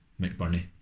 McBurney